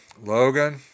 Logan